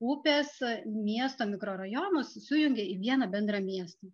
upės miesto mikrorajonus sujungia į vieną bendrą miestą